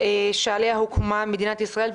שעליה הוקמה מדינת ישראל,